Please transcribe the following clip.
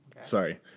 sorry